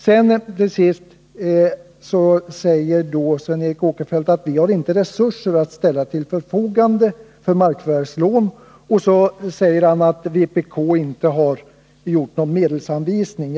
Sedan säger Sven Eric Åkerfeldt att vi inte har resurser att ställa till förfogande för markförvärvslån och att vpk inte har gjort någon medelsanvisning.